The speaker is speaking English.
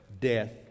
death